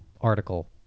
article